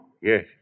Yes